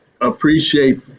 appreciate